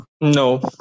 No